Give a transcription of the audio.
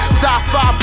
sci-fi